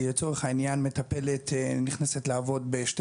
כי לצורך העניין מטפלת נכנסת לעבוד בשני